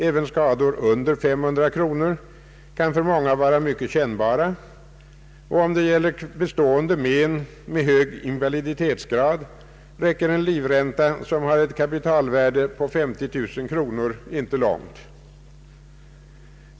Även skador under 500 kronor kan för många vara mycket kännbara, och om det gäller bestående men med hög invaliditetsgrad räcker livränta, som har ett kapitalvärde på 50 000 kronor, inte långt.